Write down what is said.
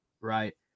Right